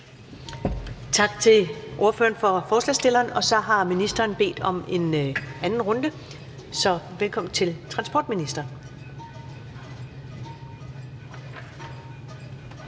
Tak til ordføreren for forslagsstillerne. Så har ministeren bedt om en anden runde. Så velkommen til transportministeren.